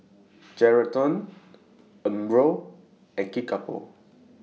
Geraldton Umbro and Kickapoo